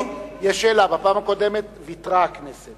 יש שאלה, בפעם הקודמת הכנסת